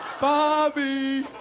Bobby